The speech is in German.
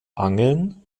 angeln